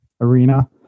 arena